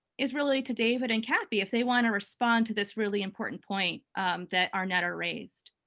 is really to david and kathy if they want to respond to this really important point that arnetta raised.